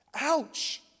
Ouch